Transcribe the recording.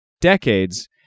decades